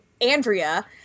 andrea